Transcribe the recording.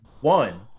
one